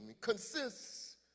consists